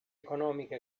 economiche